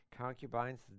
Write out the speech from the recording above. concubines